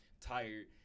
tired